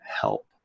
help